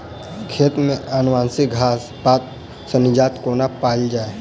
खेत मे अवांछित घास पात सऽ निजात कोना पाइल जाइ?